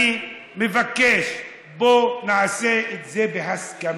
אני מבקש, בואו נעשה את זה בהסכמה.